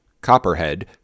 Copperhead